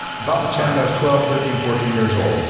about the time i was twelve, thirteen, fourteen years old,